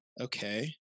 Okay